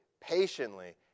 patiently